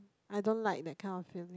I don't like that kind of feeling